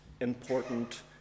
important